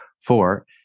Four